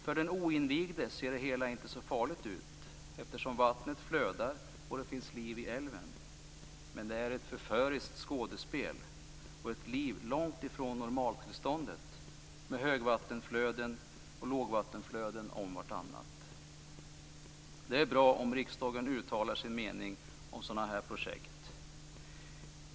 För den oinvigde ser det hela inte så farligt ut, eftersom vattnet flödar och det finns liv i älven, men det är ett förföriskt skådespel och ett liv långt ifrån normaltillståndet med högvattenflöden och lågvattenflöden om vartannat. Det är bra om riksdagen uttalar sin mening om dessa projekt.